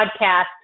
podcast